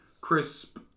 Crisp